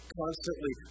constantly